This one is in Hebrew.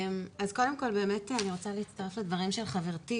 כל אני באמת רוצה להצטרף לדברים של חברתי,